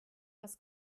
das